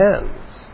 hands